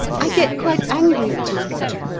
i get quite angry with myself.